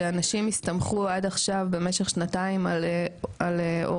שאנשים הסתמכו עד עכשיו במשך שנתיים על הוראות